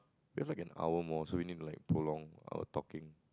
you also can hour more so you need to like prolong our talking